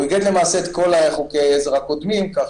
והוא איגד למעשה את כל חוקי העזר הקודמים כך